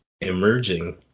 emerging